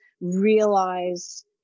realize